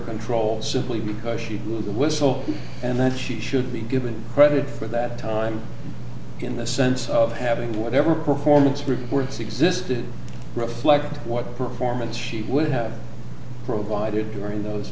control simply because she was so and that she should be given credit for that time in the sense of having whatever performance reports exist that reflect what performance she would have provided during those